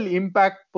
impact